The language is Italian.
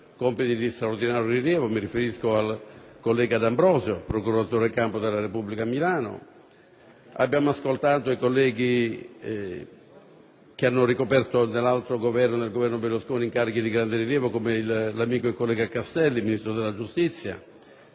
compiti di straordinario rilievo (mi riferisco al collega D'Ambrosio, procuratore capo della Repubblica di Milano). Abbiamo ascoltato i colleghi che hanno ricoperto nel Governo Berlusconi incarichi di grande rilievo come l'amico e collega Castelli, ministro della giustizia;